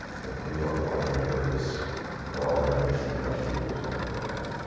the new york waterway ferries were all around us and the rescue was well underway.